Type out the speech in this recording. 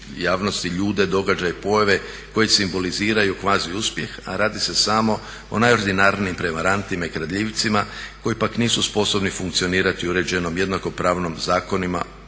javnosti, ljude, događaje i pojave koje simboliziraju kvazi uspjeh, a radi se samo o najordinarnijim prevarantima i kradljivcima koji pak nisu sposobni funkcionirati u uređenom jednakopravnom zakonima